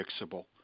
fixable